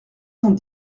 cent